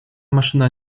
maszyna